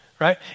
right